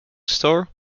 store